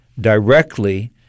directly